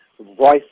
voice